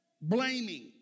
Blaming